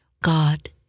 God